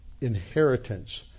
inheritance